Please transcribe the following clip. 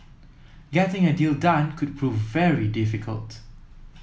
getting a deal done could prove very difficult